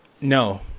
No